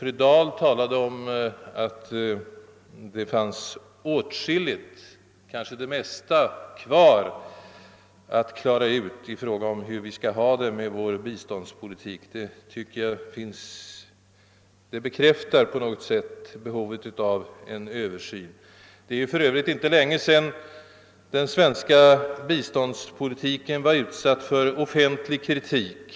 Fru Dahl talade också något om att kanske det mesta är kvar att klara ut när det gäller hur vi skall ha det med vår biståndspolitik. Dessa uttalanden bekräftar på något sätt behovet av en översyn. Det är för Övrigt inte länge sedan den svenska biståndspolitiken var utsatt för koncentrerad offentlig kritik.